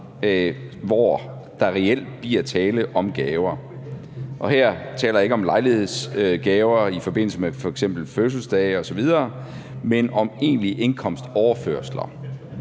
hvor der reelt bliver tale om gaver, og her taler jeg ikke om lejlighedsgaver i forbindelse med f.eks. fødselsdage, men om egentlige indkomstoverførsler.